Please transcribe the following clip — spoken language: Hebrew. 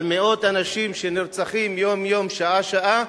אבל מאות אנשים שנרצחים יום-יום, שעה-שעה,